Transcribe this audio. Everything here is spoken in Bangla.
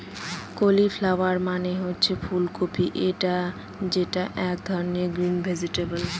কলিফ্লাওয়ার মানে হচ্ছে ফুল কপি যেটা এক ধরনের গ্রিন ভেজিটেবল